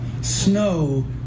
snow